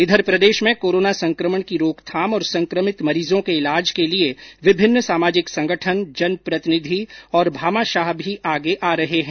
इधर प्रदेश में कोरोना संक्रमण की रोकथाम और संक्रमित मरीजों के इलाज के लिए विभिन्न सामाजिक संगठन जनप्रतिनिधि और भामाशाह भी आगे आ रहे हैं